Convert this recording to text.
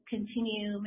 continue